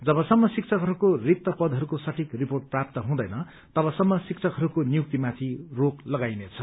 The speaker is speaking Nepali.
जबसम्म शिक्षकहरूको रिक्त पदहरूको सठीक रिपोर्ट प्राप्त हुँदैन तबसम्म शिक्षकहरूको नियुक्तिमाथि रोक लगाइनेछ